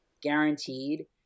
guaranteed